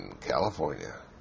California